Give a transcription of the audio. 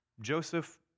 Joseph